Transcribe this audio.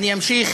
אני אמשיך